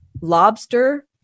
lobster